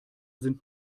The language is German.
sind